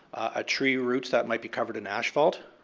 ah tree roots that might be covered in asphalt.